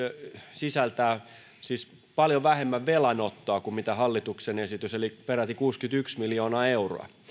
sisältää siis paljon vähemmän velanottoa kuin hallituksen esitys eli peräti kuusikymmentäyksi miljoonaa euroa